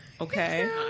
Okay